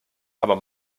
aber